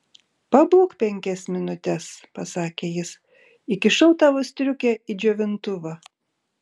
pabūk penkias minutes pasakė jis įkišau tavo striukę į džiovintuvą